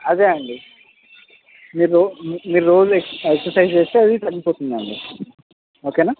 అదే అండి మీరు రో మీరు రోజూ ఎక్సర్సైజ్ చేస్తే అవి తగ్గిపోతుంది అండి ఓకేనా